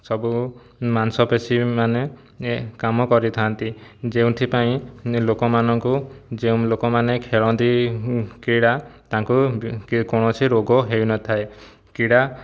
ସବୁ ମାଂସପେଶୀ ମାନେ ଏ କାମ କରିଥାନ୍ତି ଯେଉଁଥିପାଇଁ ନି ଲୋକମାନଙ୍କୁ ଯେଉଁ ଲୋକମାନେ ଖେଳନ୍ତି କ୍ରୀଡ଼ା ତାଙ୍କୁ କୌଣସି ରୋଗ ହେଇନଥାଏ କ୍ରୀଡ଼ା